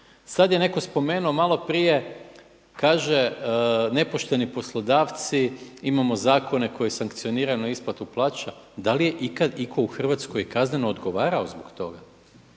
Sada je neko spomenuo malo prije, kaže nepošteni poslodavci, imamo zakone koji sankcioniraju neisplatu plaća. Da li je iko ikada u Hrvatskoj kazneno odgovarao zbog toga?